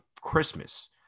Christmas